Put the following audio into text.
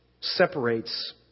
separates